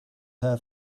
her